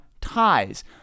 ties